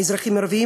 האזרחים הערבים,